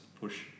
push